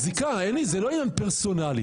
מחזיקה, זה לא עניין פרסונלי.